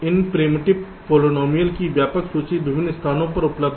इन primitive polynomial की व्यापक सूची विभिन्न स्थानों पर उपलब्ध है